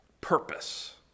purpose